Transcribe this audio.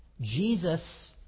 Jesus